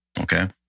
Okay